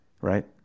Right